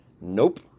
nope